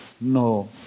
No